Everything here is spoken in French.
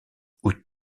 août